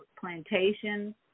plantation